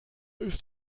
ist